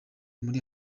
muri